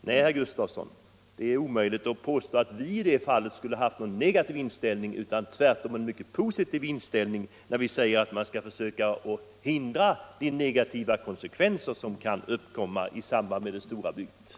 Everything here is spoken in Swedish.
Nej, herr Gustavsson, det är felaktigt att påstå att vi skulle ha en negativ inställning. Vi har tvärtom haft en positiv inställning. Vi har ju uttalat att man skall försöka hindra de negativa konsekvenser som kan uppkomma i samband med det stora bygget.